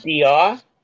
DR